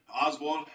Oswald